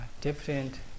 different